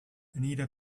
anita